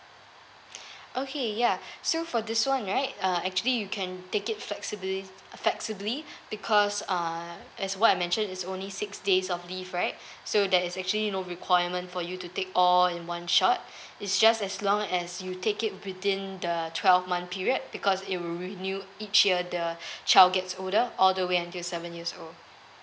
okay ya so for this [one] right uh actually you can take it flexibly flexibly because uh as what I mention is only six days of leave right so that is actually no requirement for you to take all in one shot it's just as long as you take it within the twelve month period because it will renew each year the child is older all the way until seven years old